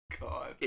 God